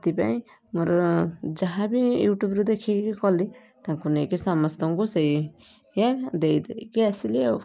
ସେଥିପାଇଁ ମୋର ଯାହା ବି ୟୁଟ୍ୟୁବରୁ ଦେଖିକି କଲି ତାକୁ ନେଇକି ସମସ୍ତଙ୍କୁ ସେଇ ଇଏ ଦେଇ ଦେଇକି ଆସିଲି ଆଉ